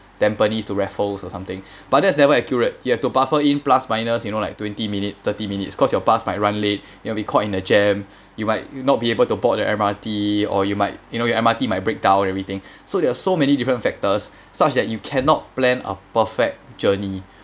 tampines to raffles or something but that's never accurate you have to buffer in plus minus you know like twenty minutes thirty minutes cause your bus might run late you'll be caught in a jam you might not be able to board the M_R_T or you might you know your M_R_T my breakdown or everything so there are so many different factors such that you cannot plan a perfect journey